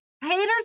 Haters